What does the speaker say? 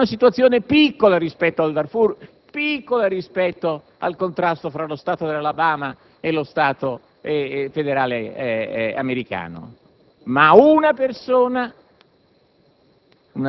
di una situazione piccola rispetto al Darfur e rispetto al contrasto fra lo Stato dell'Alabama e lo Stato federale americano; si tratta